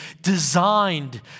designed